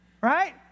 Right